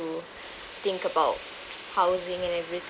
think about housing and everything